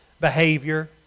behavior